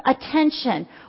attention